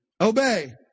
obey